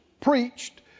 preached